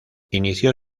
inició